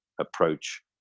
approach